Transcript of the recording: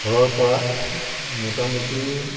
ঘৰৰপৰা মোটামুটি